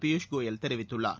பியூஷ் கோயல் தெரிவித்துள்ளார்